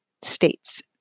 states